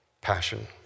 Passion